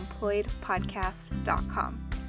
employedpodcast.com